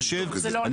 זה לא ככה.